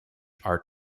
are